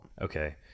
Okay